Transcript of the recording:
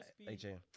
AJ